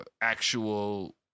actual